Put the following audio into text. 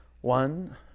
One